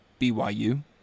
BYU